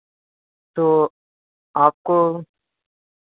तो आपको